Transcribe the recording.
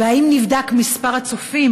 2. האם נבדק מספר הצופים